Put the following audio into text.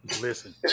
Listen